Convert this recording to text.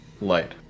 Light